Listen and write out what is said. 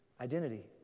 Identity